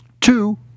Two